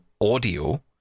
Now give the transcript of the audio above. audio